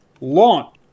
launch